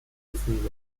definiert